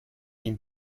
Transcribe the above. ihm